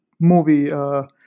movie